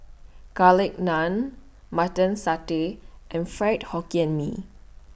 Garlic Naan Mutton Satay and Fried Hokkien Mee